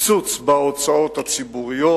קיצוץ בהוצאות הציבוריות,